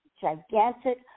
gigantic